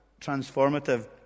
transformative